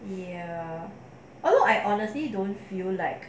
ya although I honestly don't feel like